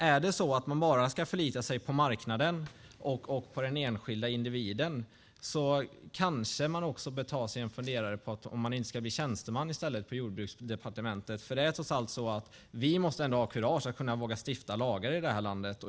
Är det så att man bara ska förlita sig på marknaden och på den enskilda individen kanske man bör ta sig en funderare på om man inte i stället ska bli tjänsteman på Jordbruksdepartementet. Vi måste ändå ha kurage och våga stifta lagar i det här landet.